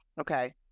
Okay